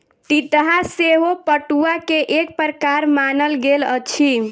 तितहा सेहो पटुआ के एक प्रकार मानल गेल अछि